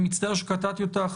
אני מצטער שקטעתי אותך.